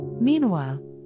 Meanwhile